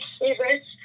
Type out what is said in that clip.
favorites